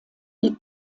die